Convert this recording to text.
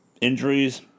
Injuries